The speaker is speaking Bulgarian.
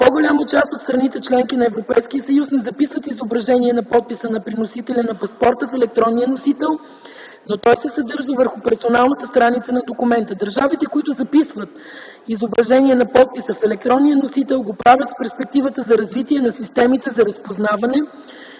По-голяма част от страните – членки на Европейския съюз, не записват изображение на подписа на приносителя на паспорта в електронния носител, но той се съдържа върху персоналната страница на документите. Държавите, които записват изображения на подпис в електронния носител, го правят с перспективата за развитие на системите за разпознаване,